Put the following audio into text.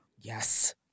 Yes